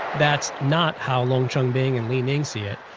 that's not how long chengbing and li ning see it.